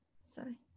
sorry